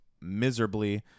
miserably